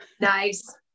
Nice